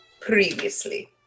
previously